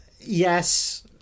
yes